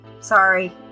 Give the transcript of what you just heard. sorry